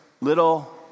little